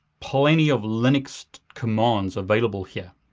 plenty of linuxed commands available here.